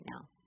now